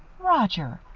roger,